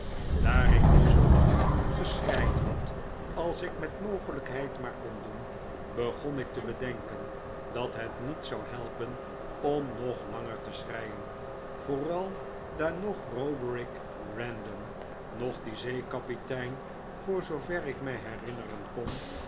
daar ik nu zoo lang geschreid had als ik met mogelijkheid maar kon doen begon ik te bedenken dat het niets zou helpen om nog langer te schreien vooral daar noch roderick random noch die zeekapitein voor zoover ik mij herinneren kon